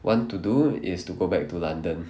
want to do is to go back to london